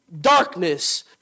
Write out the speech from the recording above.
darkness